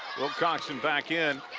wilcoxon back in